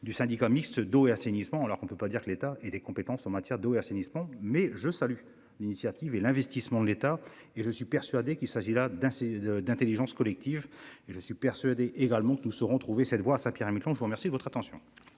du syndicat mixte d'eau et assainissement alors qu'on ne peut pas dire que l'État et des compétences en matière d'eau et assainissement. Mais je salue l'initiative et l'investissement de l'État et je suis persuadé qu'il s'agit là d'un c'est de d'Intelligence collective et je suis persuadé également que nous saurons trouver cette voix à Saint-Pierre-et-Miquelon. Je vous remercie de votre attention.